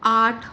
आठ